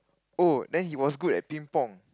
oh then he was good at Ping Pong